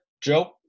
Joe